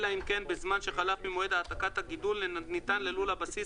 אלא אם כן בזמן שחלף ממועד העתקת הגידול ניתן ללול הבסיס